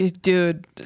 dude